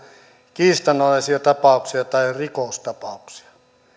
kiistanalaisia tapauksia tai rikostapauksia